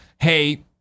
hey